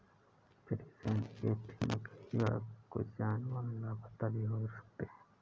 free range खेती में कई बार कुछ जानवर लापता भी हो सकते हैं